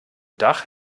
dach